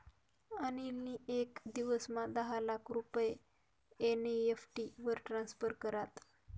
अनिल नी येक दिवसमा दहा लाख रुपया एन.ई.एफ.टी वरी ट्रान्स्फर करात